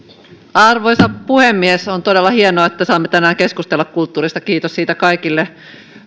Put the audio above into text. arvoisa puhemies on todella hienoa että saamme tänään keskustella kulttuurista kiitos siitä kaikille